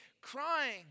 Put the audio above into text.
crying